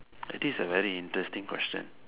this is a very interesting question